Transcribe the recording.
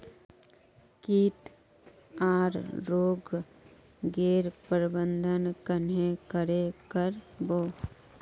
किट आर रोग गैर प्रबंधन कन्हे करे कर बो?